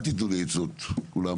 אל תתנו לי עצות כולם.